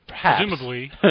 Presumably